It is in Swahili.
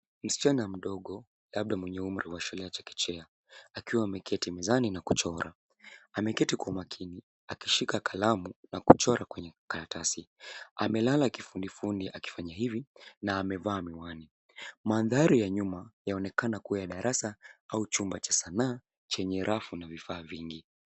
Msichana mdogo labda mwenye umri ya shule ya chekechea akiwa ameketi mezani na kuchora. Ameketi kwa makini akishika kalamu na kuchora kwenye karatasi. Amelala kifudi fudi akifanya hivi na amevaa miwani. Maandhari ya nyuma yaonekana kuwa ya darasa au chumba cha sanaa chenye rafu na vifaa vingi.